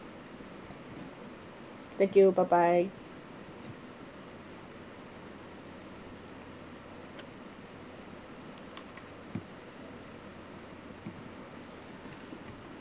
thank you bye bye